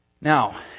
Now